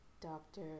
doctor